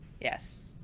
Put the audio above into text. Yes